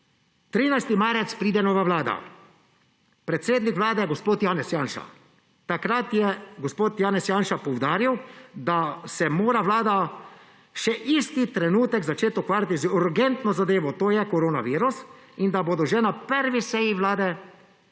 13. marca pride nova vlada, predsednik Vlade gospod Janez Janša. Takrat je gospod Janez Janša poudaril, da se mora Vlada še isti trenutek začeti ukvarjati z urgentno zadevo, to je koronavirus, in da bodo že na prvi seji Vlade začeli